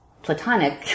platonic